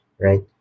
right